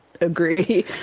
agree